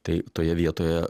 tai toje vietoje